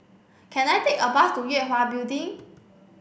can I take a bus to Yue Hwa Building